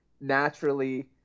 naturally